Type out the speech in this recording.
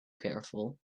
careful